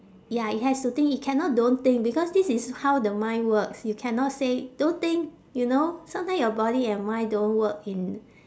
ya it has to think it cannot don't think because this is how the mind works you cannot say don't think you know sometime your body and mind don't work in